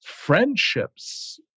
friendships